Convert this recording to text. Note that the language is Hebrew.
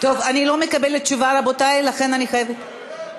אני לא מקבלת תשובה, רבותי, לכן אני חייבת, רגע.